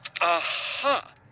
Aha